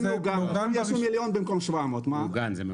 זה מעוגן במכרז החלוקה.